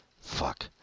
Fuck